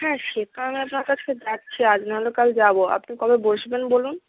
হ্যাঁ সে তো আমি আপনার কাছকে যাচ্ছি আজ না হলেও কাল যাব আপনি কবে বসবেন বলুন